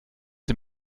sie